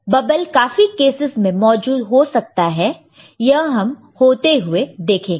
बब्बल काफी केसस में मौजूद हो सकता है यह हम होते हुए देखेंगे